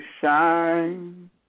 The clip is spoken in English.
shine